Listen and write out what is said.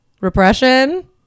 Repression